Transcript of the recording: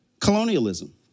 colonialism